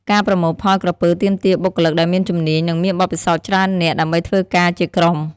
ការប្រមូលផលក្រពើទាមទារបុគ្គលិកដែលមានជំនាញ និងមានបទពិសោធន៍ច្រើននាក់ ដើម្បីធ្វើការជាក្រុម។